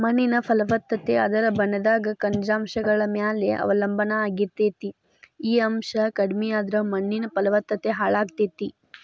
ಮಣ್ಣಿನ ಫಲವತ್ತತೆ ಅದರ ಬಣ್ಣದಾಗ ಖನಿಜಾಂಶಗಳ ಮ್ಯಾಲೆ ಅವಲಂಬನಾ ಆಗಿರ್ತೇತಿ, ಈ ಅಂಶ ಕಡಿಮಿಯಾದ್ರ ಮಣ್ಣಿನ ಫಲವತ್ತತೆ ಹಾಳಾಗ್ತೇತಿ